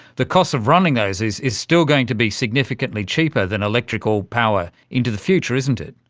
the cost of running those is is still going to be significantly cheaper than electrical power into the future, isn't it?